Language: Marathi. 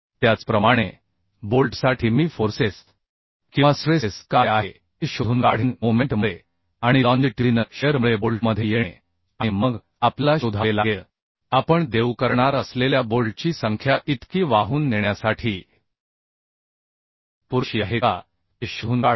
त्याचप्रमाणे बोल्टसाठी मी फोर्सेस किंवा स्ट्रेसेस काय आहे हे शोधून काढेन क्षणामुळे आणि लॉन्जिट्युडिनल शियरमुळे बोल्टमध्ये येणे आणि मग आपल्याला शोधावे लागेल आपण देऊ करणार असलेल्या बोल्टची संख्या इतकी वाहून नेण्यासाठी पुरेशी आहे का हे शोधून काढा